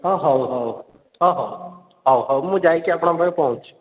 ହଁ ହଉ ହଉ ହଉ ହଉ ହଉ ମୁଁ ଯାଇ କି ଆପଣଙ୍କ ପାଖରେ ପହଞ୍ଚୁଛି